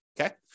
Okay